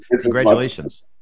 congratulations